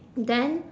then